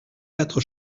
quatre